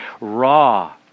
raw